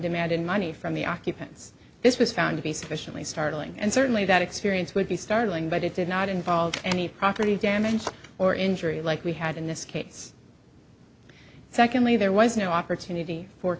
demanded money from the occupants this was found to be sufficiently startling and certainly that experience would be startling but it did not involve any property damage or injury like we had in this case secondly there was no opportunity for